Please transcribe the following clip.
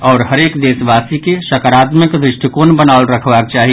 आओर हरेक देशबासी के सकारात्मक दृष्टिकोण बनाओल रखबाक चाहि